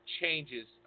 changes